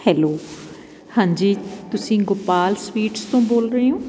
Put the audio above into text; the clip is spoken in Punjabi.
ਹੈਲੋ ਹਾਂਜੀ ਤੁਸੀਂ ਗੋਪਾਲ ਸਵੀਟਸ ਤੋਂ ਬੋਲ ਰਹੇ ਹੋ